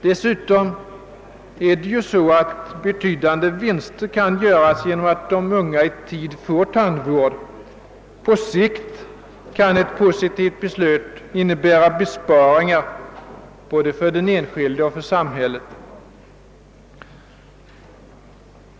Dessutom kan betydande vinster göras genom att de unga i tid får tandvård. På sikt kan ett positivt beslut innebära besparingar både för den enskilde och för samhället.